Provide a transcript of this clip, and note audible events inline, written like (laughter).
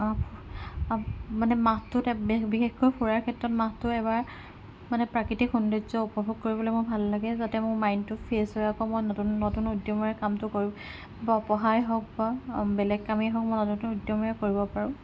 মানে মাহটোত (unintelligible) বিশেষকৈ ফুৰাৰ ক্ষেত্ৰত মাহটো এবাৰ মানে প্ৰাকৃতিক সৌন্দৰ্য উপভোগ কৰিবলৈ মোৰ ভাল লাগে যাতে মোৰ মাইণ্ডটো ফ্ৰেচ হৈ আকৌ মই নতুন নতুন উদ্যমেৰে কামটো কৰোঁ বা পঢ়াই হওক বা বেলেগ কামেই হওক মই নতুন উদ্যমেৰে কৰিব পাৰো